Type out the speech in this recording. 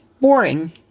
boring